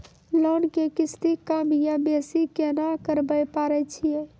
Loan के किस्ती कम या बेसी केना करबै पारे छियै?